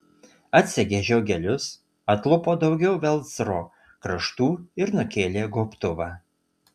atsegė žiogelius atlupo daugiau velcro kraštų ir nukėlė gobtuvą